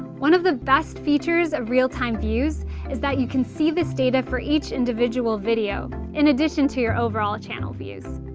one of the best features of real-time views is that you can see this data for each individual video in addition to your overall channel views.